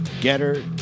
Getter